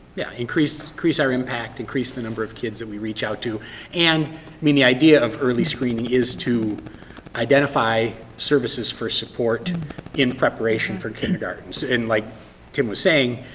yeah, increase increase our impact. increase the number of kids that we reach out to and, i mean, the idea of early screening is to identify services for support in preparation for kindergarten. and like tim was saying,